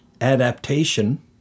adaptation